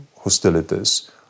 hostilities